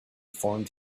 formed